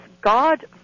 God